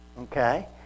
Okay